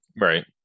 right